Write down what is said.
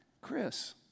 Chris